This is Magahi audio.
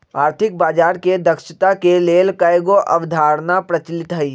आर्थिक बजार के दक्षता के लेल कयगो अवधारणा प्रचलित हइ